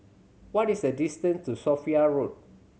what is the distance to Sophia Road